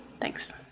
Thanks